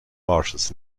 marshes